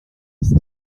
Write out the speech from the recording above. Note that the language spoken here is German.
ist